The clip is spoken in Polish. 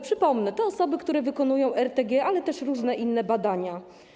Przypomnę: to osoby, które wykonują RTG, ale też różne inne badania.